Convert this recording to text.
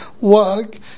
work